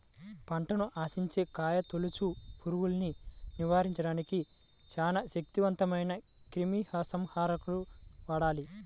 పంటను ఆశించే కాయతొలుచు పురుగుల్ని నివారించడానికి చాలా శక్తివంతమైన క్రిమిసంహారకాలను వాడాలి